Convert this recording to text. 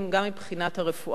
גם מבחינת הרפואה,